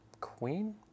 queen